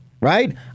Right